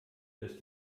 dass